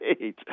Right